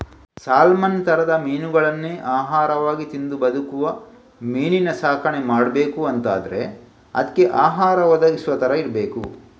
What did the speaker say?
salmon ತರದ ಮೀನುಗಳನ್ನೇ ಆಹಾರವಾಗಿ ತಿಂದು ಬದುಕುವ ಮೀನಿನ ಸಾಕಣೆ ಮಾಡ್ಬೇಕು ಅಂತಾದ್ರೆ ಅದ್ಕೆ ಆಹಾರ ಒದಗಿಸುವ ತರ ಇರ್ಬೇಕು